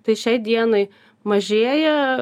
tai šiai dienai mažėja